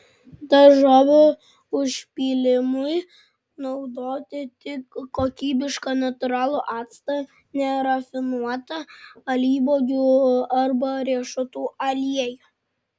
daržovių užpylimui naudoti tik kokybišką natūralų actą nerafinuotą alyvuogių arba riešutų aliejų